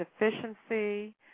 efficiency